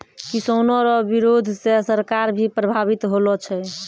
किसानो रो बिरोध से सरकार भी प्रभावित होलो छै